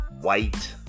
white